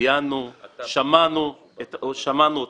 שמענו אתכם.